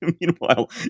meanwhile